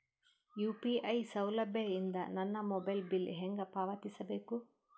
UPI ಸೌಲಭ್ಯ ಇಂದ ನನ್ನ ಮೊಬೈಲ್ ಬಿಲ್ ಹೆಂಗ್ ಪಾವತಿಸ ಬೇಕು?